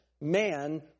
man